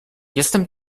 jestem